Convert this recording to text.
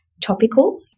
topical